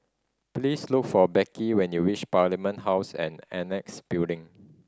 please look for Becky when you reach Parliament House and Annexe Building